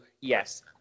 yes